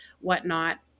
whatnot